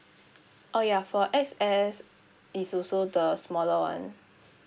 oh ya for X_S it's also the smaller [one]